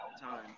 time